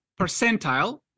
percentile